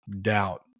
doubt